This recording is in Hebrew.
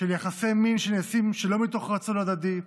יחסי מין שנעשים לא מתוך רצון הדדי,